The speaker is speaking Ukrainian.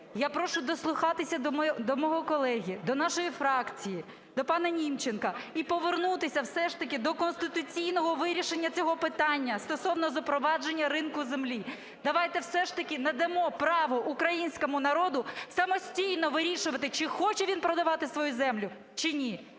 Я прошу дослухатися до мого колеги, до нашої фракції, до пана Німченка - і повернутися все ж таки до конституційного вирішення цього питання стосовно запровадження ринку землі. Давайте все ж таки надамо право українському народу самостійно вирішувати, чи хоче він продавати свою землю, чи ні.